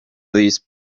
these